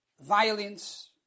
violence